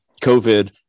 COVID